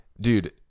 Dude